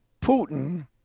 putin